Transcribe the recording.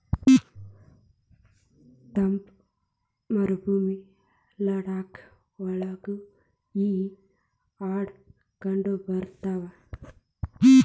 ತಂಪ ಮರಭೂಮಿ ಲಡಾಖ ಒಳಗು ಈ ಆಡ ಕಂಡಬರತಾವ